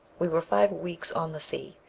we were five weeks on the sea,